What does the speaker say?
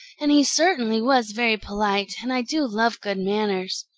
and he certainly was very polite, and i do love good manners.